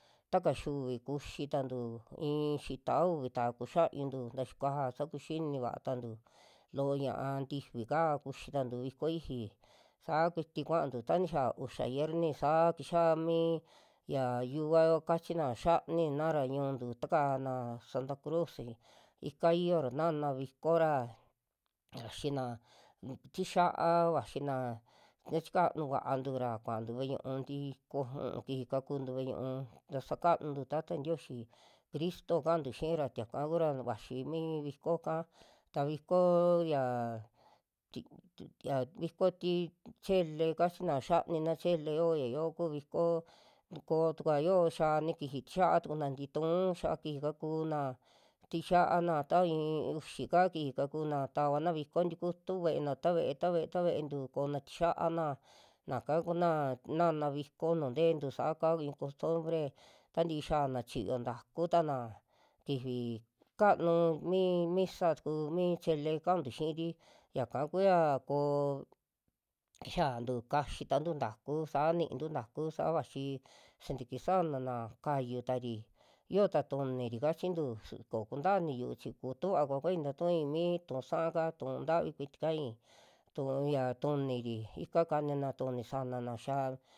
Ta kaxiuvi kuxitantu i'i xita a uvi'ta kuxiañuntu ta xikuaja saa kuxini vaa tantu loo ña'a tifika kuxitantu vikko iixi, saa kuiti kuantu ta nixia uxa xierni saa kixia mii ya yiuvao kachina, xianinara ñu'utu takaana santa cruci ika ixiora naana vikora vaxina tixiaa, vaxina ta chikanuu va'antura kuantu ve'e ñu'u i'i koj u'un kij kakuntu ve'e ñu'u tasa kanuntu tatao ntioyi, cristo ka'antu xiira tiaka kura vaxi mii viko'ka ta viko yaa ti- ti ya viko ti chele kachina, xianina chele yoo yayo ku viko ntukoo tukua yoo xaani kiji tixia tukuna ntitu'u xaa kiji kakunaa, tixiana ta i'i uxi kaa kiji kakuna tavana viko, tikutu ve'ena ta ve'e, ta ve'e, ta ve'entu koona tixiaana, naka kuna naana viko nuu ntentu saka i'i costumbre, tantii xiana chiyo ntaku tana kivi kanu mii misa tuku, mi chele kantu xiiri yaka kuya koo kixiantu kaxi tantu ntaku, saa niintu ntaku saa vaxi sintiki saanana kayutari yoo'ta tuniri kachintu, su koo kunta iniyuu chi kutuva kuakuai tatu'ui mi tu'u sa'aka tu'un ntavi kuiti kaai, tuu ya tuniri ika kanina tu'uni sanana xaa.